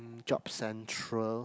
Job Central